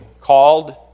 Called